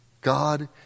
God